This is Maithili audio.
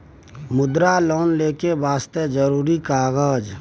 मुद्रा लोन लेके वास्ते जरुरी कागज?